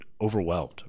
overwhelmed